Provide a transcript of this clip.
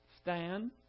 stand